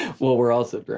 well we're also